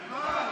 מה?